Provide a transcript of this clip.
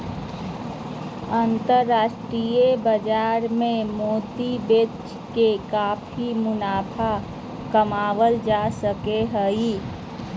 अन्तराष्ट्रिय बाजार मे मोती बेच के काफी मुनाफा कमावल जा सको हय